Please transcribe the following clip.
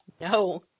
No